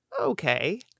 Okay